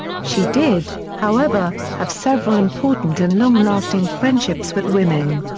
she did, however, have several important and long-lasting friendships with women.